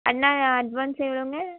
அண்ணா advance எவ்வளோங்க